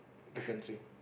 the country